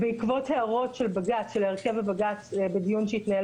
בעקבות הערות של הרכב בג"ץ בדיון שהתנהל